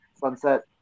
Sunset